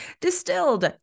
distilled